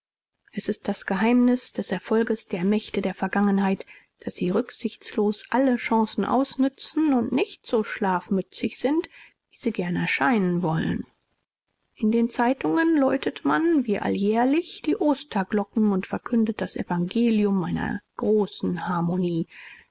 es ist das geheimnis des erfolges der mächte der vergangenheit daß sie rücksichtslos alle chancen ausnützen und nicht so schlafmützig sind wie sie gern erscheinen wollen in den zeitungen läutet man wie alljährlich die osterglocken und verkündet das evangelium einer großen harmonie